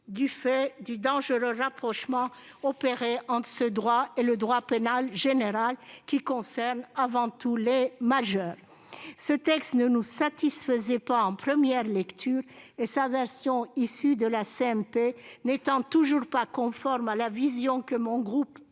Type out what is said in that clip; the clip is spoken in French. du fait du dangereux rapprochement effectué entre ce droit et le droit pénal général, qui concerne avant tout les majeurs. Ce texte ne nous satisfaisait pas en première lecture. Tel qu'il résulte des travaux de la CMP, il n'est toujours pas conforme à la vision de la